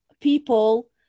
people